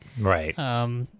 Right